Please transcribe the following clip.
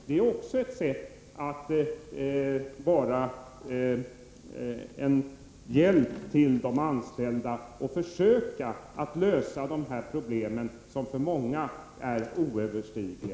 Det är också ett sätt att vara till hjälp för de anställda att försöka lösa barnomsorgsproblemen, som för många är oöverstigliga.